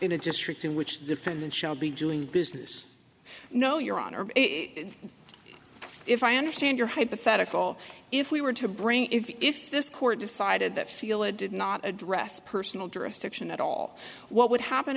in a district in which the defendant shall be doing business no your honor if i understand your hypothetical if we were to bring if this court decided that feel it did not address personal jurisdiction at all what would happen